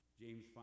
James